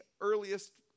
earliest